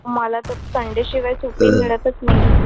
मला तर संडेशिवाय सुट्टी मिळतच नाही